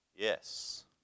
Yes